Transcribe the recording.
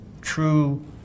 true